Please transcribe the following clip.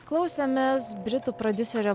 klausėmės britų prodiuserio